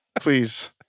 Please